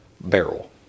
barrel